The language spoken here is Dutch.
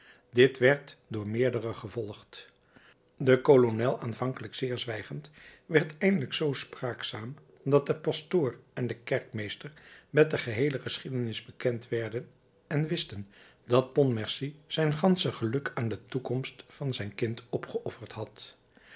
dit werd door meerdere gevolgd de kolonel aanvankelijk zeer zwijgend werd eindelijk zoo spraakzaam dat de pastoor en de kerkmeester met de geheele geschiedenis bekend werden en wisten dat pontmercy zijn gansche geluk aan de toekomst van zijn kind opgeofferd had